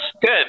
good